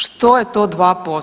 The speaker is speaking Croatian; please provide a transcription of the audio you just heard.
Što je to 2%